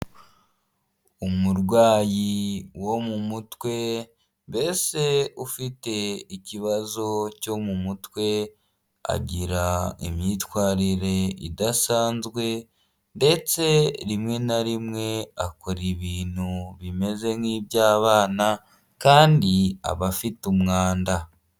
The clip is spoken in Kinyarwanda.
Umurwayi wo mu mutwe, mbese ufite ikibazo cyo mu mutwe, agira imyitwarire idasanzwe, ndetse rimwe na rimwe akora ibintu bimeze nk'iby'abana, kandi aba afite umwanda.